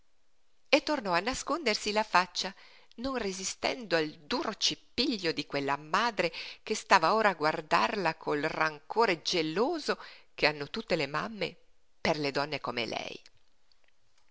e tornò a nascondersi la faccia non resistendo al duro cipiglio di quella madre che stava ora a guardarla col rancore geloso che hanno tutte le mamme per le donne come lei